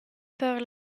per